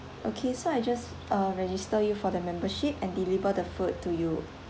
okay so I just uh register you for the membership and deliver the food to you